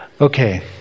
Okay